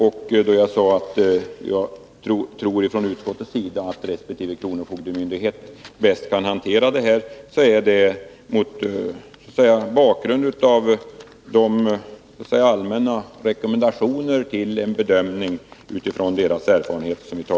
Vi tror från utskottets sida att resp. kronofogdemyndighet bäst kan hantera de här frågorna.